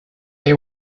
they